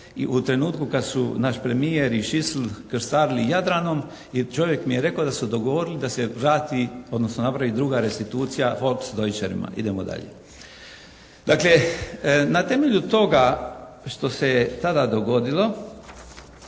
i u trenutku kada su naš premijer i Šicl krstarili Jadranom i čovjek mi je rekao da su dogovorili da se vrati, odnosno napravi druga restitucija … /Ne razumije se./ … Idemo dalje. Dakle na temelju toga što se tada dogodilo,